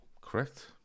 Correct